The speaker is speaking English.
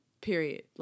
Period